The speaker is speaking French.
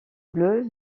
bleu